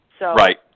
Right